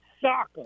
soccer